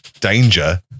danger